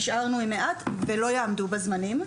נשארנו עם מעט ולא יעמדו בזמנים.